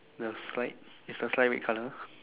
the slide is the slide red colour